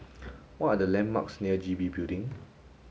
what are the landmarks near G B Building